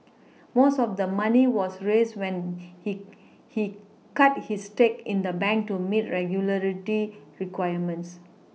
most of the money was raised when he he cut his stake in the bank to meet regulatory requirements